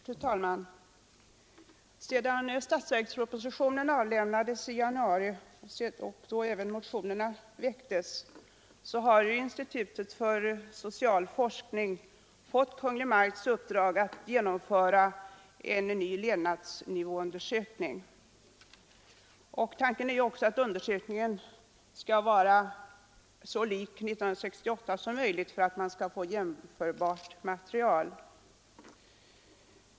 Fru talman! Sedan statsverkspropositionen avlämnades i januari och tiska centralbyrån motionerna väcktes har institutet för social forskning fått Kungl. Maj:ts uppdrag att genomföra en ny levnadsnivåundersökning. Tanken är också att undersökningen skall vara så lik undersökningen 1968 som möjligt för att man skall få ett jämförbart material.